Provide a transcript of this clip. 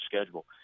schedule